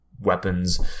Weapons